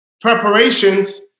preparations